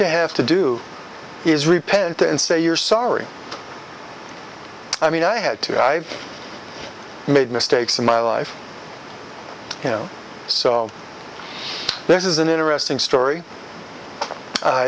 you have to do is repent and say you're sorry i mean i had to i've made mistakes in my life you know so this is an interesting story